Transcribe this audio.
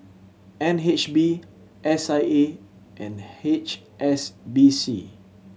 N H B S I A and H S B C